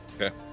okay